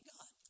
God